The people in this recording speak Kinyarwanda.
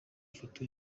ifoto